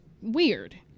weird